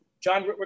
John